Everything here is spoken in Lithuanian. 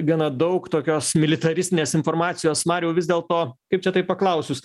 gana daug tokios militaristinės informacijos mariau vis dėlto kaip čia taip paklausus